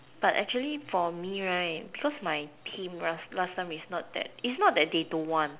but actually for me right because my team last time it's not that it's not that they don't want